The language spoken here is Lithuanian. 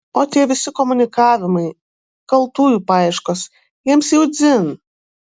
o tie visi komunikavimai kaltųjų paieškos jiems jau dzin